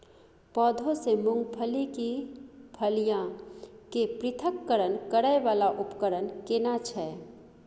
पौधों से मूंगफली की फलियां के पृथक्करण करय वाला उपकरण केना छै?